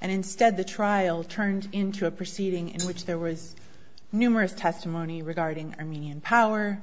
and instead the trial turned into a proceeding in which there was numerous testimony regarding armenian power